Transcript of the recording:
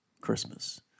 Christmas